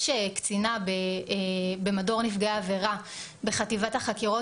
יש קצינה במדור נפגעי עבירה בחטיבת החקירות,